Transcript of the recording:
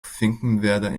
finkenwerder